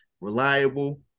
reliable